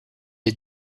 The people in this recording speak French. est